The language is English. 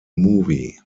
movie